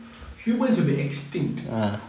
humans would be extinct